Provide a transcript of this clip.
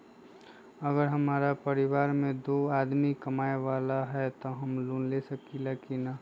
अगर हमरा परिवार में दो आदमी कमाये वाला है त हम लोन ले सकेली की न?